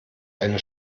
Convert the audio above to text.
eine